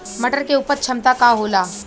मटर के उपज क्षमता का होला?